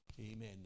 amen